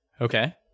Okay